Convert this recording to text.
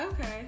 Okay